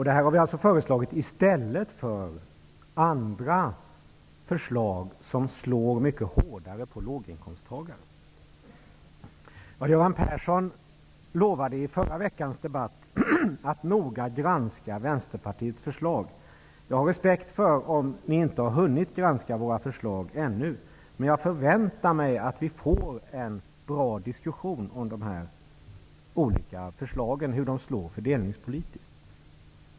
Det har vi föreslagit i stället för andra förslag som slår mycket hårdare mot låginkomsttagarna. Göran Persson lovade i förra veckans debatt att man noga skall granska Vänsterpartiets förslag. Jag har förståelse för att ni inte ännu har hunnit granska våra förslag, men jag förväntar mig att vi skall få en bra diskussion om hur dessa olika förslag slår fördelningspolitiskt.